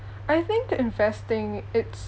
I think investing it's